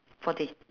forty